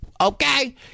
Okay